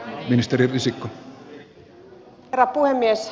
arvoisa herra puhemies